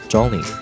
Johnny